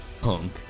punk